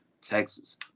Texas